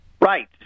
Right